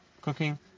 cooking